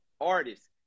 artists